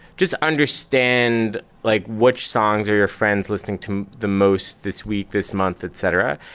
just understand like which songs are your friends listening to the most this week, this month, etc.